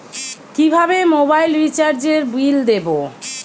কিভাবে মোবাইল রিচার্যএর বিল দেবো?